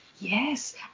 Yes